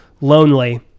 lonely